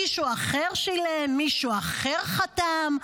מישהו אחר שילם, מישהו אחר חתם.